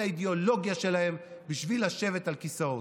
האידיאולוגיה שלהם בשביל לשבת על כיסאות.